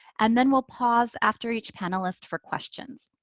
and then we'll pause after each panelist for questions.